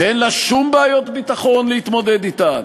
שאין לה שום בעיות ביטחון להתמודד אתן,